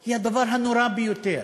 היא הדבר הנורא ביותר.